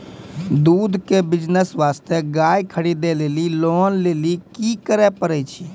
दूध के बिज़नेस वास्ते गाय खरीदे लेली लोन लेली की करे पड़ै छै?